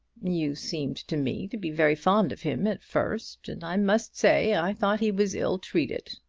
you seemed to me to be very fond of him at first and i must say, i thought he was ill-treated.